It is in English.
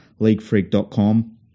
leaguefreak.com